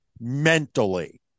mentally